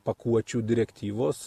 pakuočių direktyvos